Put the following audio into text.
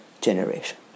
generation